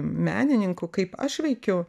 menininkų kaip aš veikiu